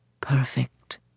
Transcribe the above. Perfect